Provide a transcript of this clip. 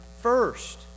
first